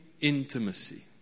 intimacy